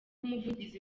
umuvugizi